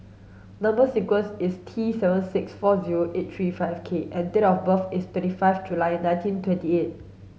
number sequence is T seven six four zero eight three five K and date of birth is twenty five July nineteen twenty eight